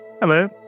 Hello